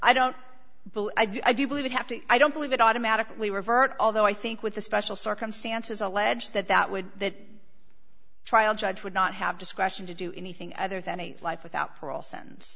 i don't believe i do believe it have to i don't believe it automatically revert although i think with the special circumstances alleged that that would that trial judge would not have discretion to do anything other than a life without parole sen